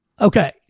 Okay